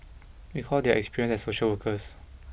because they have experience as social workers